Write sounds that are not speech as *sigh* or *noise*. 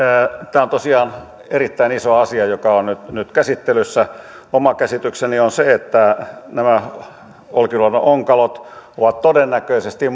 tämä on tosiaan erittäin iso asia joka on nyt käsittelyssä oma käsitykseni on se että nämä olkiluodon onkalot ovat todennäköisesti *unintelligible*